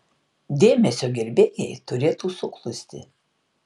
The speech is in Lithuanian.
dėmesio gerbėjai turėtų suklusti